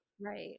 right